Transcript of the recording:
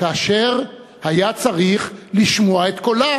כאשר היה צריך לשמוע את קולה